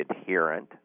adherent